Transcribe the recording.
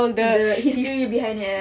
all the history behind eh